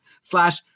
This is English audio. slash